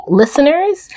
listeners